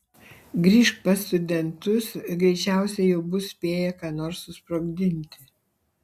grįžk pas studentus greičiausiai jau bus spėję ką nors susprogdinti